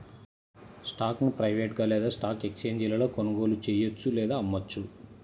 స్టాక్ను ప్రైవేట్గా లేదా స్టాక్ ఎక్స్ఛేంజీలలో కొనుగోలు చెయ్యొచ్చు లేదా అమ్మొచ్చు